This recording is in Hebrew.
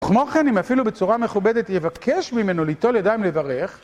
כמו כן, אם אפילו בצורה מכובדת יבקש ממנו לטול ידיים לברך,